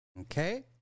Okay